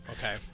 Okay